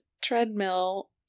treadmill